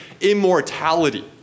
immortality